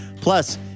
Plus